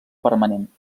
permanent